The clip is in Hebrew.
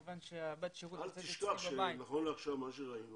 כיוון שבת שירות נמצאת אצלי בבית --- אל תשכח שנכון לעכשיו מה שראינו